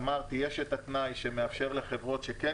אמרתי שיש את התנאי שמאפשר לחברות שכן